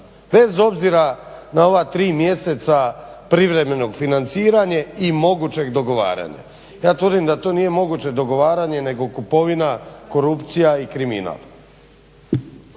bez obzira na ova tri mjeseca privremenog financiranja i mogućeg dogovaranja. Ja tvrdim da to nije moguće dogovaranje nego kupovina, korupcija i kriminal.